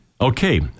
Okay